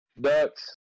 Ducks